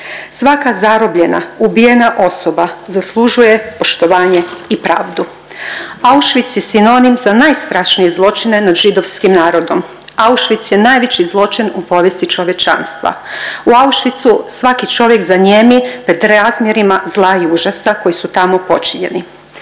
Svaka zarobljena, ubijena osoba zaslužuje poštovanje i pravdu. Auschwitz je sinonim za najstrašnije zločine nad židovskim narodom. Auschwitz je najveći zločin u povijesti čovječanstva. U Auschwitzu svaki čovjek zanijemi pred razmjerima zla i užasa koji su tamo počinjeni.